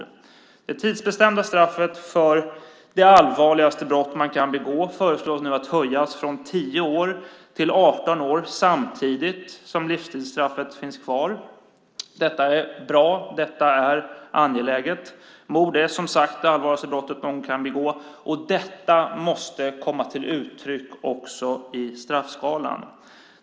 Man föreslår att det tidsbestämda straffet för det allvarligaste brott man kan begå höjs från 10 år till 18 år samtidigt som livstidsstraffet finns kvar. Det är bra och angeläget. Mord är som sagt det allvarligaste brott någon kan begå. Det måste komma till uttryck också i straffskalan.